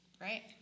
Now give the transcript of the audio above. Right